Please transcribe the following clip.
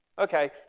Okay